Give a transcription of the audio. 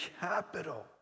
capital